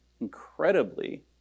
incredibly